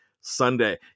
Sunday